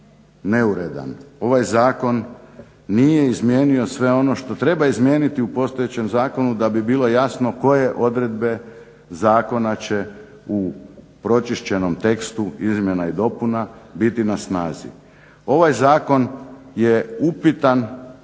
neuredan, ovaj zakon nije izmijenio sve ono što treba izmijeniti u postojećem zakonu da bi bilo jasno koje odredbe zakona će u pročišćenom tekstu izmjena i dopuna biti na snazi. Ovaj zakon je upitan